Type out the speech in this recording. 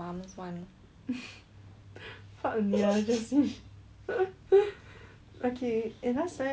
okay